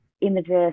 images